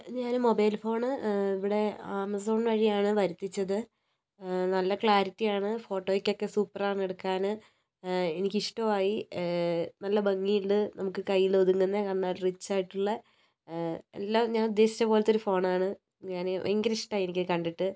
ഞാൻ mobile phone ഇവിടെ Amazon വഴിയാണ് വരുത്തിച്ചത്ത് നല്ല ക്ലാരിറ്റിയാണ് ഫോട്ടോയ്ക്കൊക്കെ സൂപ്പറാണ് എടുക്കാന് എനിക്കിഷ്ടോവായി നല്ല ഭംഗിയുണ്ട് നമുക്ക് കൈയിൽ ഒതുങ്ങുന്ന നല്ല റിച്ച് ആയിട്ടുള്ള എല്ലാം ഞാൻ ഉദേശിച്ച പോലത്തെ ഫോണാണ് ഞാൻ ഭയങ്കര ഇഷ്ടമായി എനിക്ക് അത് കണ്ടിട്ട്